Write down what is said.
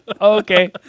Okay